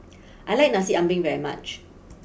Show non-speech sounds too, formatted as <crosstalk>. <noise> I like Nasi Ambeng very much